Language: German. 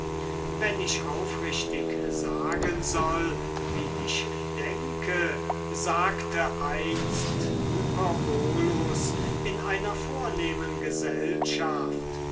wenn ich aufrichtig sagen soll wie ich denke sagte einst hyperbolus in einer vornehmen gesellschaft